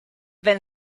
then